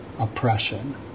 oppression